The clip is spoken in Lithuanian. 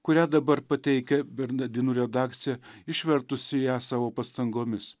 kurią dabar pateikia bernardinų redakcija išvertusi ją savo pastangomis